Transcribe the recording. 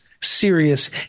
serious